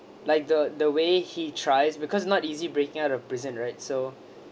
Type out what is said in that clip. like the the way he tries because not easy breaking out of the prison right so